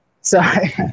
Sorry